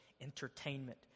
entertainment